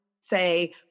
say